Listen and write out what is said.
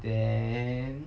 then